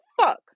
fuck